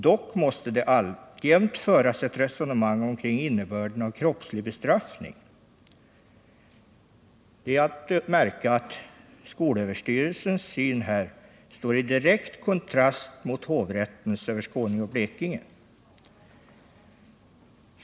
Dock måste det alltjämt föras ett resonemang omkring innebörden av ”kroppslig bestraffning.” Det är att märka att skolöverstyrelsens syn står i direkt kontrast mot hovrättens över Skåne och Blekinge.